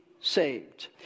saved